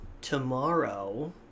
tomorrow